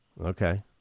Okay